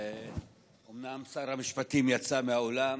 אומנם שר המשפטים יצא מהאולם,